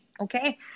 Okay